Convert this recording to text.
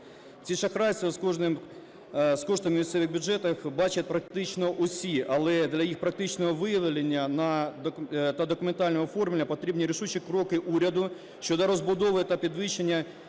Ці шахрайства з коштами в місцевих бюджетах бачать практично усі, але для їх практичного виявлення та документального оформлення потрібні рішучі кроки уряду щодо розбудови та підвищення